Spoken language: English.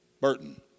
Burton